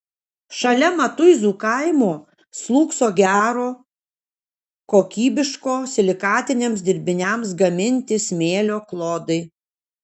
šalia matuizų kaimo slūgso gero kokybiško silikatiniams dirbiniams gaminti smėlio klodai